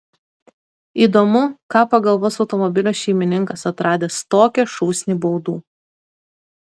įdomu ką pagalvos automobilio šeimininkas atradęs tokią šūsnį baudų